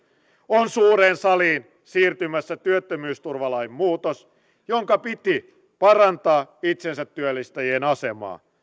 on suureen saliin siirtymässä työttömyysturvalain muutos jonka piti parantaa itsensä työllistäjien asemaa